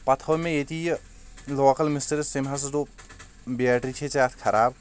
پتہٕ ہٲو مےٚ ییٚتی یہِ لوکل مسترِس تٔمۍ حظ دوٚپ بیٹری چھے ژےٚ اتھ خراب